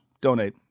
donate